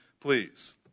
please